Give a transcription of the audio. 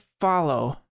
follow